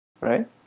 right